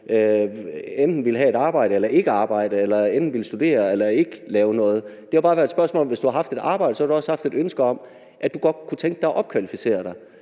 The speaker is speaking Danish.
enten ville have et arbejde eller ikke have et arbejde, eller at man enten ville studere eller ikke lave noget. Det har jo bare været et spørgsmål om, at hvis du har haft et arbejde, har du også haft et ønske, der gik på, at du godt kunne tænke dig at opkvalificere dig